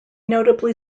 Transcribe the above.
notably